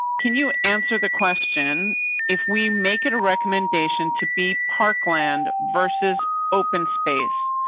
can you answer the question if we make it a recommendation to be parkland versus open space?